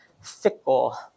fickle